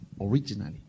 originally